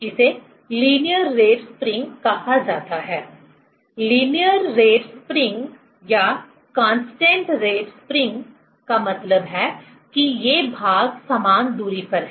इसे linear rate spring कहा जाता है लीनियर रेट स्प्रिंग या कांस्टेंट रेट स्प्रिंग का मतलब है कि ये भाग समान दूरी पर हैं